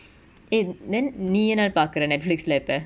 eh then நீ என்ன பாக்குர:nee enna paakura netflix lah இப்ப:ippa